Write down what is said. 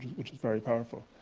which is very powerful.